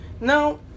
No